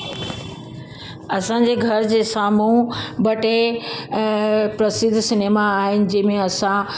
असांजे घर जे साम्हूं ॿ टे अ प्रसिद्ध सिनेमा आहिनि जंहिंमें असां